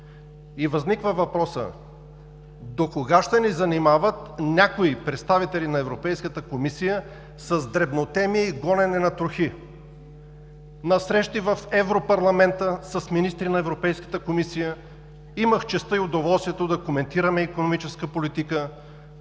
Възниква въпросът: докога ще ни занимават някои представители на Европейската комисия с дребнотемие и гонене на трохи? В Европарламента с министри на Европейската комисия имах честта и удоволствието да коментираме икономическата политика.